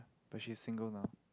but she is single now